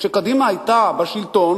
כשקדימה היתה בשלטון,